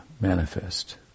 manifest